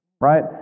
right